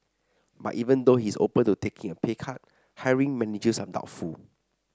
but even though he is open to taking a pay cut hiring managers are doubtful